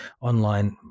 online